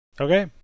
okay